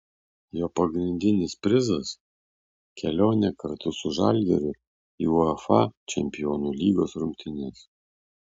jo pagrindinis prizas kelionė kartu su žalgiriu į uefa čempionų lygos rungtynes